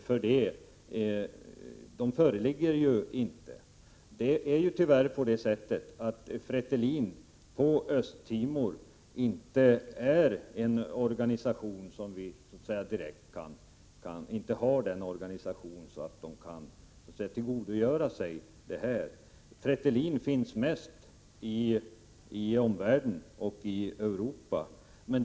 Fretilin på Östtimor har inte en sådan organisation att man kan tillgodogöra sig ett sådant bistånd. Fretilin fungerar mest i omvärlden och i Europa.